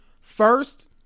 First